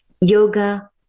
Yoga